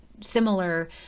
similar